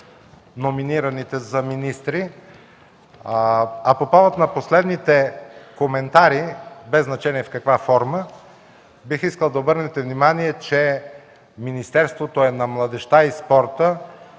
номинираните за министри. По повод последните коментари, без значение в каква форма са, бих искал да обърнете внимание, че Министерството е на младежта и спорта